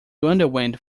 underwent